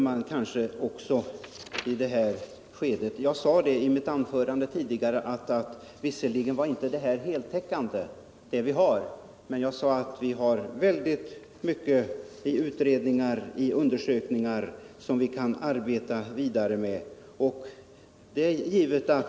Jag sade i ett tidigare anförande att visserligen har vi inget heltäckande underlag för vår bedömning av dessa frågor men att många utredningar och undersökningar har givit oss ett stort material att arbeta vidare med.